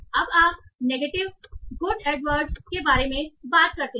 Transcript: अब आप negative good Edwards के बारे में बात करते हैं